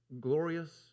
glorious